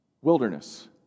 wilderness